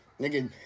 Nigga